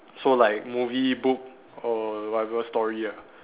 so like movie book or whatever story ah